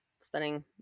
spending